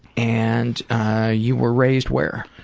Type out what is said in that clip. and you were raised where?